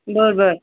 बरं बरं